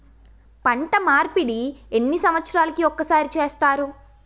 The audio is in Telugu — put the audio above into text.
పంట మార్పిడి ఎన్ని సంవత్సరాలకి ఒక్కసారి చేస్తారు?